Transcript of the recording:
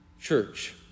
church